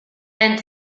and